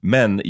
Men